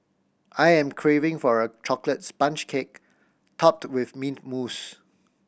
I am craving for a chocolate sponge cake topped with mint mousse